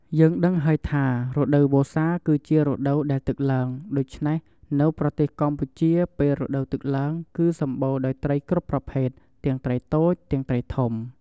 យើងដឹងហើយថា រដូវវស្សាគឺជារដូវដែលទឹកឡើង ដូច្នេះនៅប្រទេសកម្ពុជាពេលរដូវទឹកឡើង គឺវាសម្បូរដោយត្រីគ្រប់ប្រភេទ ទាំងត្រីតូច ទាំងត្រីធំ។